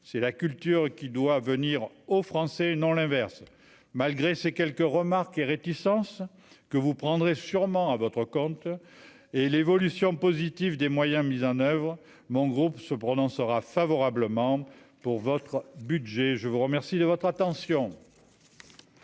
c'est la culture qui doit venir aux Français et non l'inverse, malgré ces quelques remarques et réticences que vous prendrez sûrement à votre compte et l'évolution positive des moyens mis en oeuvre, mon groupe se prononcera favorablement pour votre budget, je vous remercie de votre attention.